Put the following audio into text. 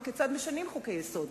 וכיצד משנים חוקי-יסוד.